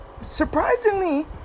surprisingly